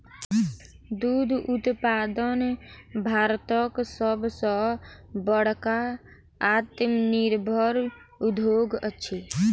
दूध उत्पादन भारतक सभ सॅ बड़का आत्मनिर्भर उद्योग अछि